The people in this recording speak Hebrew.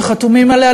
שחתומים עליה,